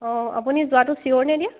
অঁ আপুনি যোৱাটো চিয়ৰ নে এতিয়া